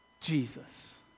Jesus